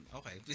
okay